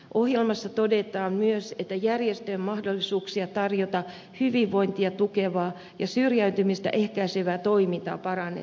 ohjelmassa todetaan myös että järjestöjen mahdollisuuksia tarjota hyvinvointia tukevaa ja syrjäytymistä ehkäisevää toimintaa parannetaan